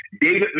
David